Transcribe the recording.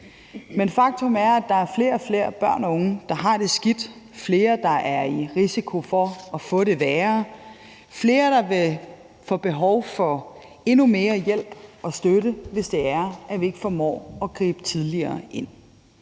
Men faktum er, at der er flere og flere børn og unge, der har det skidt; flere, der er i risiko for at få det værre; flere, der vil få behov for endnu mere hjælp og støtte, hvis det er, at vi ikke formår at gribe tidligere ind.